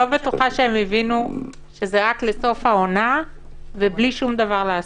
אני לא בטוחה שהם הבינו שזה רק לסוף העונה ובלי שום דבר לעשות.